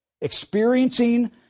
experiencing